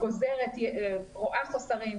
רואה חוסרים,